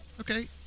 Okay